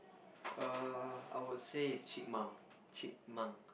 err I would say it's chip monk chipmunk